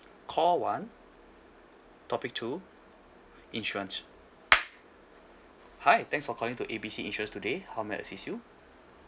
call one topic two insurance hi thanks for calling to A B C insurance today how may I assist you